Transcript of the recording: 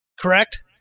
correct